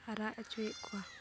ᱦᱟᱨᱟ ᱦᱚᱪᱚᱭᱮᱫ ᱠᱚᱣᱟ